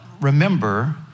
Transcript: remember